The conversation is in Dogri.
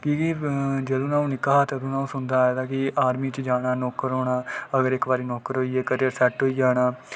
की के जदूं अ'ऊं निक्का हा तदूं दा अ'ऊं सुनदा आए दा कि आर्मी च जाना नौकर होना अगर इक बारी नौकर होई गेआ ते घर सैट्ट होई जाना